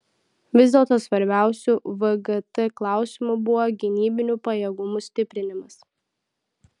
vis dėlto svarbiausiu vgt klausimu buvo gynybinių pajėgumų stiprinimas